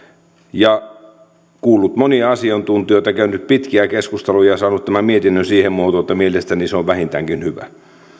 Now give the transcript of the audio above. ja kuullut monia asiantuntijoita käynyt pitkiä keskusteluja ja saanut tämän mietinnön siihen muotoon että mielestäni se on vähintäänkin hyvä